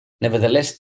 Nevertheless